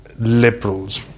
Liberals